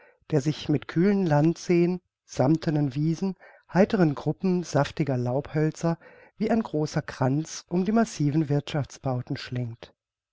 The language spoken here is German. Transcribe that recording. der sich mit kühlen landseen sammtenen wiesen heiteren gruppen saftiger laubhölzer wie ein großer kranz um die massiven wirthschaftsbauten schlingt